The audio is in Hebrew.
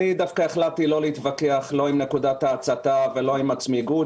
החלטתי לא להתווכח לא עם נקודת ההצתה ולא עם הצמיגות